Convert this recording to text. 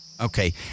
okay